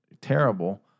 terrible